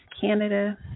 Canada